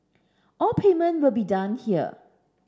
all payment will be done here